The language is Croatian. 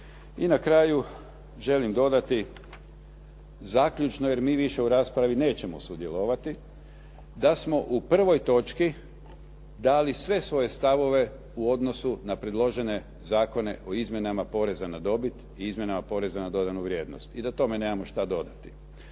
I na kraju želim dodati zaključno, jer mi više u raspravi nećemo sudjelovati, da smo u prvoj točki dali sve svoje stavove u odnosu na predložene zakone o izmjenama poreza na dobit i izmjenama poreza na dodanu vrijednost i da tome nemamo šta dodati.